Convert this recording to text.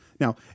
Now